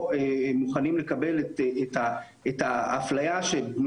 לא, לא, זאת לא הייתה הכוונה.